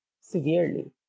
severely